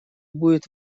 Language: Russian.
будет